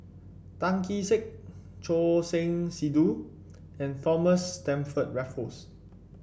Tan Kee Sek Choor Singh Sidhu and Thomas Stamford Raffles